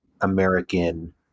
American